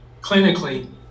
clinically